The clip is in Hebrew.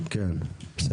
אני עובר לנוסח